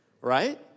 right